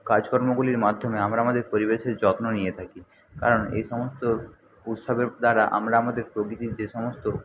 কাজকর্মগুলির মাধ্যমে আমরা আমাদের পরিবেশের যত্ন নিয়ে থাকি কারণ এই সমস্ত উৎসবের দ্বারা আমার আমাদের প্রকৃতির যে সমস্ত